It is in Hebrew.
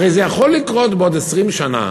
הרי זה יכול לקרות בעוד 20 שנה